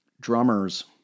drummers